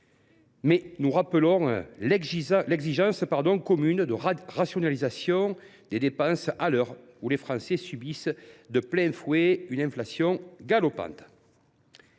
mais nous rappelons l’exigence commune de rationalisation des dépenses à l’heure où les Français subissent de plein fouet une inflation galopante.